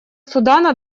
судана